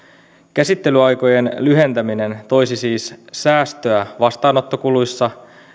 käsittelyaikojen lyhentäminen toisi siis säästöä vastaanottokuluissa